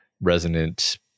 resonant